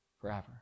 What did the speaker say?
forever